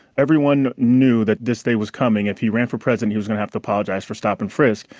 everyone knew that this day was coming. if he ran for president, he was gonna have to apologize for stop and frisk,